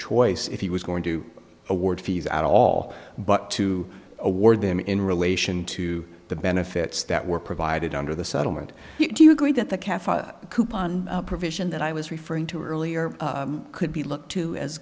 choice he was going to award fees at all but to award them in relation to the benefits that were provided under the settlement do you agree that the cafe coupon provision that i was referring to earlier could be looked to as